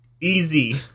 Easy